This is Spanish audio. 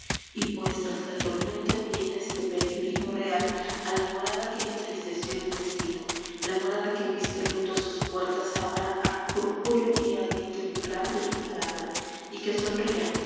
y pues tras la tormenta vienes de peregrino real a la morada que entristeció el destino la morada que viste luto sus puertas abra al purpúreo y ardiente vibrar de tu palabra y que sonría oh